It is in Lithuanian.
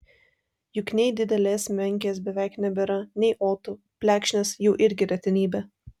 juk nei didelės menkės beveik nebėra nei otų plekšnės jau irgi retenybė